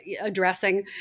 addressing